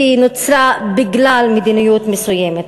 והיא נוצרה בגלל מדיניות מסוימת.